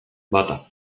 bata